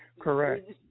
correct